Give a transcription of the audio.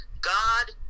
God